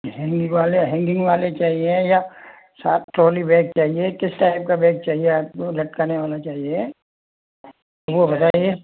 hanging वाले hanging वाले चाहिए या साथ ट्रॉली बैग चाहिए किस टाइप का बैग चाहिए आपको लटकाने वाला चाहिए वो बताइए